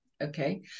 okay